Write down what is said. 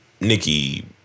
Nikki